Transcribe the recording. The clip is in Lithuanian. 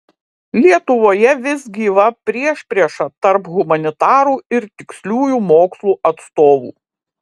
lietuvoje vis gyva priešprieša tarp humanitarų ir tiksliųjų mokslų atstovų